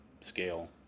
scale